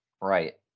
right